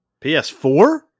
PS4